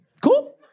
Cool